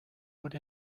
would